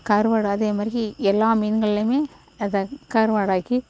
கருவாடு அதேமாதிரிக்கி எல்லாம் மீன்கள்லையுமே அதை கருவாடாக்கி